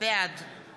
בעד